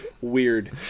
Weird